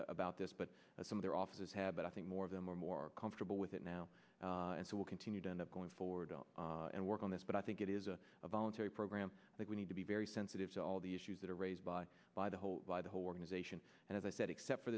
about this but some of their offices have but i think more of them are more comfortable with it now and so we'll continue to end up going forward and work on this but i think it is a voluntary program that we need to be very sensitive to all the issues that are raised by by the whole by the whole organization and as i said except for